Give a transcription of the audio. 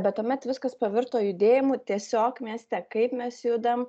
bet tuomet viskas pavirto judėjimu tiesiog mieste kaip mes judam